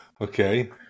okay